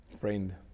friend